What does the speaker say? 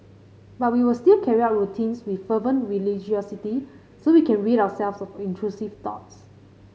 but we will still carry out routines with fervent religiosity so we can rid ourselves of intrusive thoughts